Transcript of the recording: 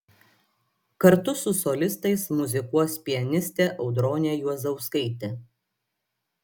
kartu su solistais muzikuos pianistė audronė juozauskaitė